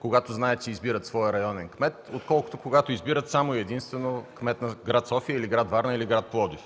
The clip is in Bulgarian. когато знаят, че избират своя районен кмет, отколкото, когато избират само и единствено кмет на град София, град Варна или град Пловдив.